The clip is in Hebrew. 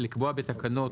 למה צריך תקנות?